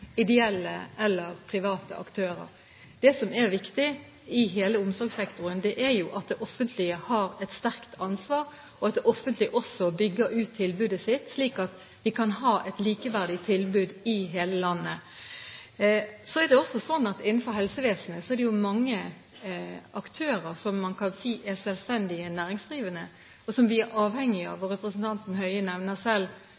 ideelle eller private aktører. Det som er viktig i hele omsorgssektoren, er at det offentlige har et sterkt ansvar, og at det offentlige også bygger ut tilbudet sitt, slik at vi kan ha et likeverdig tilbud i hele landet. Det er også sånn at det innenfor helsevesenet er mange aktører som man kan si er selvstendig næringsdrivende, og som vi er avhengig av. Representanten Høie nevner selv